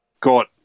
got